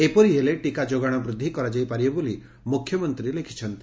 ଏପରି ହେଲେ ଟିକା ଯୋଗାଶ ବୃଦ୍ଧି କରାଯାଇ ପାରିବ ବୋଲି ମୁଖ୍ୟମନ୍ତୀ ଲେଖିଛନ୍ତି